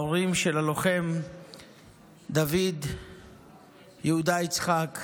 ההורים של הלוחם דוד יהודה יצחק,